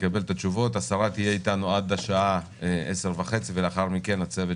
השרה תהיה איתנו עד לשעה 10:30 ולאחר מכן הצוות